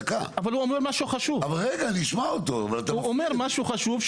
אבל הוא אומר משהו חשוב.